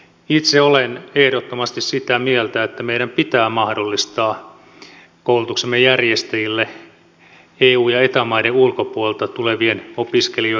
itse olen ehdottomasti sitä mieltä että meidän pitää mahdollistaa koulutuksemme järjestäjille eu ja eta maiden ulkopuolelta tulevien opiskelijoitten lukukausimaksut